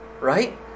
right